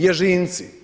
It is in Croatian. Ježinci.